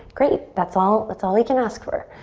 great, that's all that's all i can ask for.